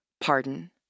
pardon